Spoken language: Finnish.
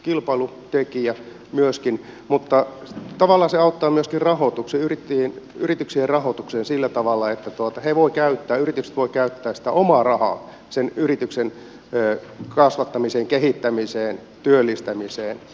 se on yksi kilpailutekijä mutta tavallaan se auttaa myöskin yrityksien rahoitukseen sillä tavalla että yritykset voivat käyttää sitä omaa rahaa sen yrityksen kasvattamiseen kehittämiseen työllistämiseen